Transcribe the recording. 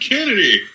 Kennedy